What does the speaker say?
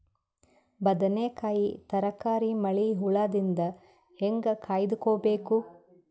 ಬದನೆಕಾಯಿ ತರಕಾರಿ ಮಳಿ ಹುಳಾದಿಂದ ಹೇಂಗ ಕಾಯ್ದುಕೊಬೇಕು?